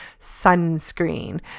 sunscreen